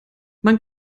man